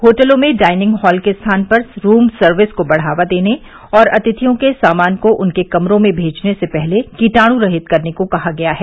होटलों में dining hall के स्थान पर रूम सर्विस को बढ़ावा देने और अतिथियों के सामान को उनके कमरों में भेजने से पहले कीटाणुरहित करने को कहा गया है